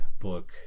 book